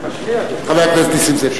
חבר הכנסת נסים זאב.